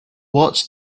what